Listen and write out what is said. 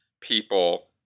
people